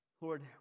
Lord